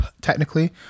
technically